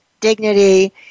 dignity